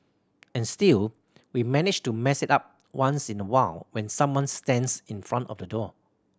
and still we manage to mess it up once in a while when someone stands in front of the door